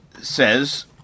says